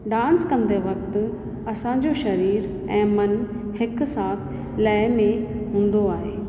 dance कंदे वक़्तु असांजो शरीरु ऐं मनु हिकु साथ लय में हूंदो आहे